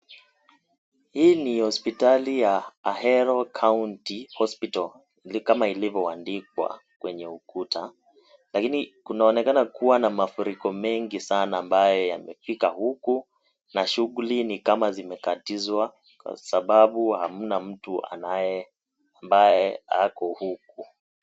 Hii ni hospitali ya Ahero County Hospital, kama ilivyoandikwa kwenye ukuta lakini kunaonekana kuwa na mafuriko mengi sana ambayo yamefika huku na shughuli ni kama zimekatizwa kwa sababu hamna mtu ambaye ako huku.